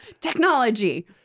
Technology